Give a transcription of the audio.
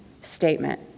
statement